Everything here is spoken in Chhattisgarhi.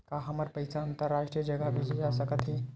का हमर पईसा अंतरराष्ट्रीय जगह भेजा सकत हे?